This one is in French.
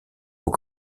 trop